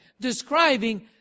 describing